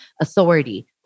Authority